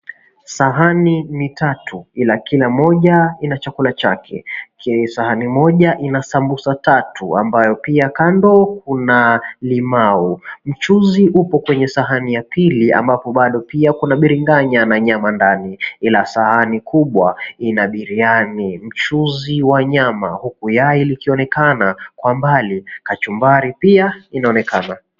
Sahani ni tatu ila kila moja ina chakula chake , sahani moja ina sambusa tatu ambayo pia kando kuna limau, mchuuzi upo kwenye sahani ya pili ambapo bado pia Kuna biringanya na nyama ndani. Ila sahani Kubwa ina biriyani , mchuuzi wa nyama , huku yai likionekana kwa mbali kachumbari pia inaonekana.